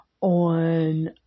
on